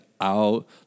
out